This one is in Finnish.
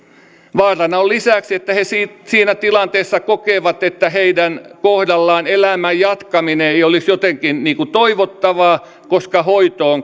vaarana on lisäksi että he siinä tilanteessa kokevat että heidän kohdallaan elämän jatkaminen ei olisi jotenkin toivottavaa koska hoito on